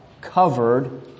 Covered